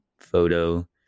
photo